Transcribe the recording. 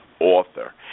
author